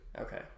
okay